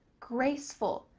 graceful.